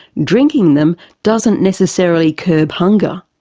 drinking them doesn't necessarily curb hunger.